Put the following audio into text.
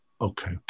okay